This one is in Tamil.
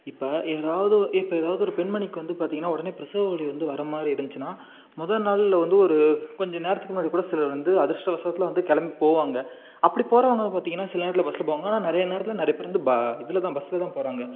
இப்போ ஏதாவது இப்போ ஏதாவது ஒரு பெண்மணிக்கு வந்து பார்த்திங்கனா உடனே பிரசவ வலி வந்து வர மாதிரி இருந்துச்சினால் முத நாள்ல வந்து ஒரு கொஞ்ச நேரத்துக்கு முன்னாடி கூட சிலர் வந்து அதிர்ஷ்டவசத்தில் வந்து கிளம்பி போவாங்க அப்படி போகிறவங்க பார்த்திங்கனா சில நேரத்தில் பஸ்ல போவாங்க ஆனால் நிறைய நேரத்தில் நிறையா பேர் வந்து ப இதில் தான் பஸ்ல தான் போகிறாங்க